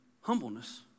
humbleness